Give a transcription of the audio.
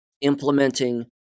implementing